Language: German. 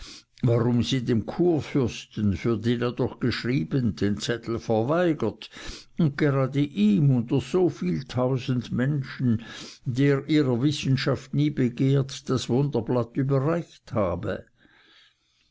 warum sie dem kurfürsten für den er doch geschrieben den zettel verweigert und grade ihm unter so vielen tausend menschen der ihrer wissenschaft nie begehrt das wunderblatt überreicht habe